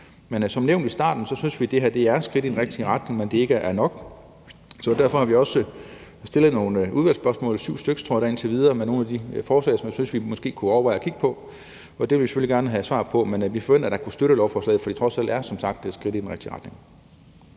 Som nævnt i starten synes vi, at det her er et skridt i den rigtige retning, men at det ikke er nok. Derfor har vi også stillet nogle udvalgsspørgsmål – 7 styk, tror jeg det er indtil videre – med nogle af de forslag, som jeg synes, at vi måske kunne overveje at kigge på. Det vil vi selvfølgelig gerne have svar på. Men vi forventer da at kunne støtte lovforslaget, fordi det trods alt er et skridt i den rigtige retning.